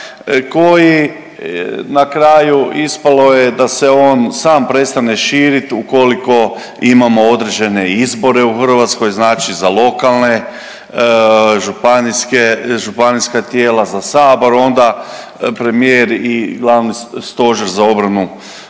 koji, na kraju ispalo je da se on sam prestane širit ukoliko imamo određene izbore u Hrvatskoj, znači za lokalne, županijske, županijska tijela, za sabor, onda premijer i glavni stožer za obranu ovaj